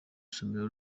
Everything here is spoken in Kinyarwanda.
isomero